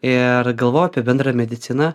ir galvojau apie bendrą mediciną